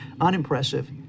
unimpressive